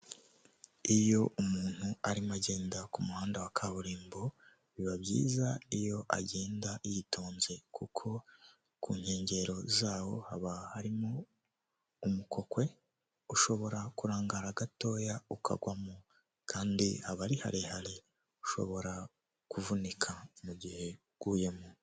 Iyo umuntu arimo agenda ku muhanda wa kaburimbo biba byiza iyo agenda yitonze kuko ku nkengero zawo haba harimo umukokwe ushobora kurangara gatoya ukagwamo kandi aba ari harehare ushobora kuvunika mu mugihe uguyemo .